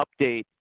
update